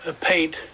paint